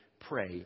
pray